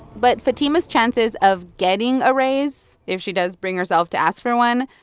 but fatima's chances of getting a raise, if she does bring herself to ask for one,